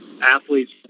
athletes